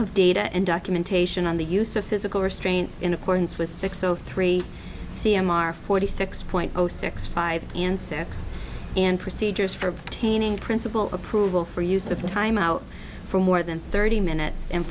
of data and documentation on the use of physical restraints in accordance with six o three c m r forty six point zero six five and six and procedures for obtaining principal approval for use of timeout for more than thirty minutes and